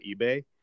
eBay